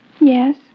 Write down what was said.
Yes